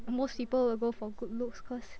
most people would go for good looks cause